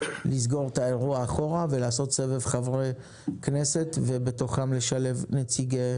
לסגור את האירוע אחורה ולעשות סבב חברי כנסת ובתוכם לשלב נציגי